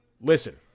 Listen